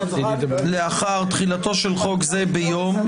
"לאחר תחילתו של חוק זה ביום"